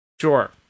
Sure